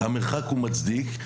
המרחק מצדיק,